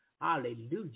Hallelujah